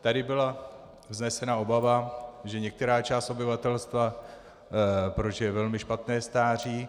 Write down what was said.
Tady byla vznesena obava, že některá část obyvatelstva prožije velmi špatné stáří.